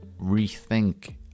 rethink